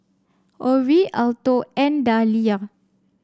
Orie Alto and Dalia